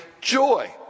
joy